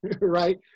Right